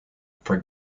for